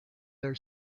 their